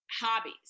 hobbies